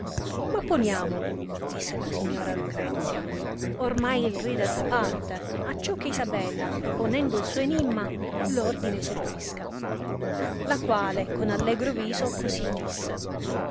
ma poniamo disse la signora lucrezia ornai il rider da parte acciò che isabella proponendo il suo enimma l ordine seguisca la quale con allegro viso così disse